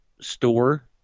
store